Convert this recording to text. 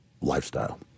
lifestyle